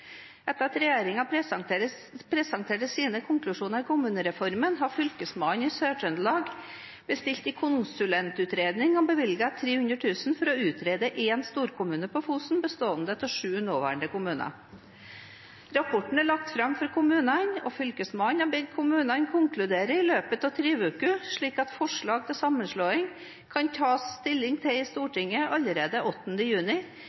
Etter at regjeringen presenterte sine konklusjoner i kommunereformen, har Fylkesmannen i Sør-Trøndelag bestilt en konsulentutredning og bevilget 300 000 kr for å utrede én storkommune på Fosen, bestående av sju nåværende kommuner. Rapporten er lagt fram for kommunene, og Fylkesmannen har bedt kommunene konkludere i løpet av tre uker, slik at forslag til sammenslåing kan tas stilling til i Stortinget allerede 8. juni